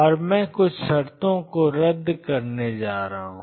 और मैं कुछ शर्तों को रद्द करने जा रहा हूं